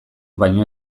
baino